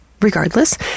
regardless